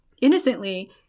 innocently